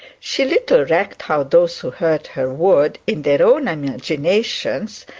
she little recked how those who heard her would, in their own imagination,